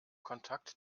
kontakt